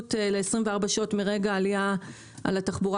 התייחסות ל-24 שעות מרגע עלייה על התחבורה